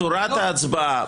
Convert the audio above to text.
צורת ההצבעה.